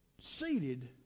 seated